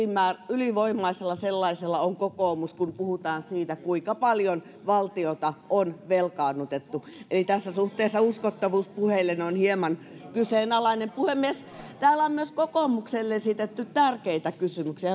ylivoimaisella sellaisella on kokoomus kun puhutaan siitä kuinka paljon valtiota on velkaannutettu eli tässä suhteessa puheidenne uskottavuus on hieman kyseenalainen puhemies täällä on myös kokoomukselle esitetty tärkeitä kysymyksiä